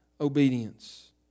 obedience